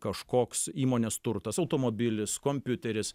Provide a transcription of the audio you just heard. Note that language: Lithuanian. kažkoks įmonės turtas automobilis kompiuteris